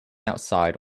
outside